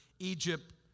Egypt